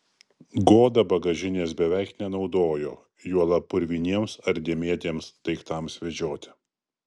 goda bagažinės beveik nenaudojo juolab purviniems ar dėmėtiems daiktams vežioti